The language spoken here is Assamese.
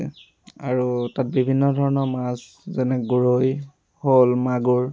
আৰু তাত বিভিন্ন ধৰণৰ মাছ যেনে গৰৈ শ'ল মাগুৰ